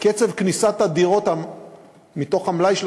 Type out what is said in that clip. קצב כניסת הדירות מתוך המלאי של